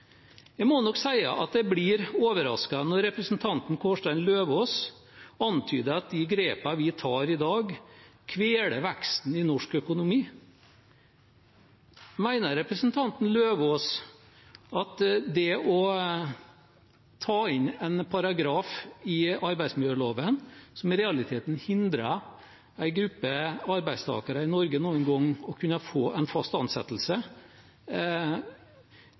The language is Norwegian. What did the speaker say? Jeg må nok si at jeg blir overrasket når representanten Kårstein Eidem Løvaas antyder at de grepene vi tar i dag, kveler veksten i norsk økonomi. Mener representanten Løvaas at det å ta inn en paragraf i arbeidsmiljøloven som i realiteten hindrer en gruppe arbeidstakere i Norge fra noen gang å kunne få en fast ansettelse,